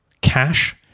cash